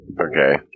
Okay